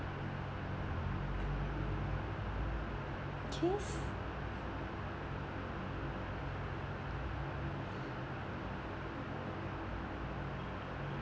okay